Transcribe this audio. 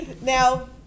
Now